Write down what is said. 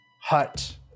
hut